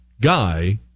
guy